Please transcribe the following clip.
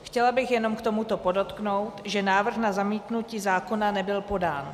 Chtěla bych jenom k tomuto podotknout, že návrh na zamítnutí zákona nebyl podán.